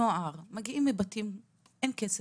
נוער, מגיעים מבתים שאין כסף,